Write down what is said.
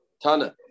Tana